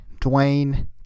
Dwayne